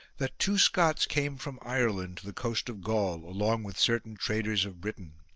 that two scots came from ireland to the coast of gaul along with certain traders of britain.